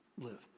live